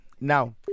Now